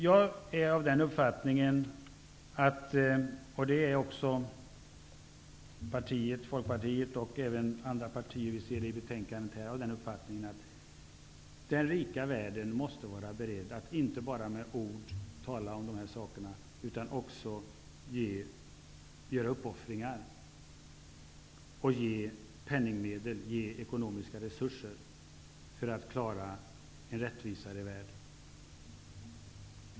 Jag är av den uppfattningen, och det är också Folkpartiet och andra partier som står bakom betänkandet, att den rika världen måste vara beredd att inte bara med ord tala om dessa saker, utan också göra uppoffringar och ge ekonomiska resurser för att klara en rättvisare värld.